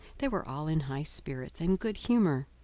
they were all in high spirits and good humour,